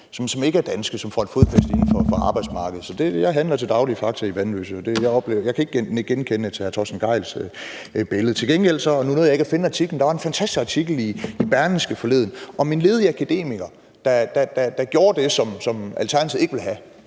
som ikke er danske, men som får et fodfæste på arbejdsmarkedet. Jeg handler til daglig i fakta i Vanløse, og jeg kan ikke nikke genkendende til hr. Torsten Gejls billede. Til gengæld var der – nu nåede jeg ikke at finde artiklen – en fantastisk artikel i Berlingske forleden om en ledig akademiker, der gjorde det, som Alternativet ikke vil have: